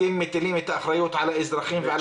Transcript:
אתם מטילים את האחריות על האזרחים.